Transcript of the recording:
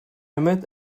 met